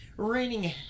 Raining